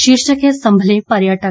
शीर्षक है सम्भलें पर्यटक